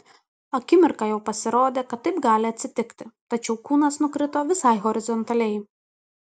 akimirką jau pasirodė kad taip gali atsitikti tačiau kūnas nukrito visai horizontaliai